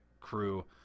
crew